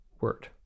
word